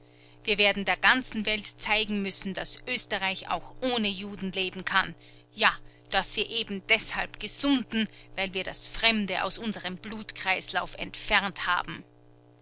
wir werden der ganzen welt zeigen müssen daß oesterreich auch ohne juden leben kann ja daß wir eben deshalb gesunden weil wir das fremde aus unserem blutkreislauf entfernt haben